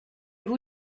vous